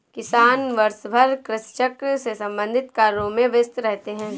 किसान वर्षभर कृषि चक्र से संबंधित कार्यों में व्यस्त रहते हैं